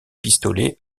pistolet